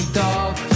dog